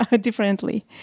differently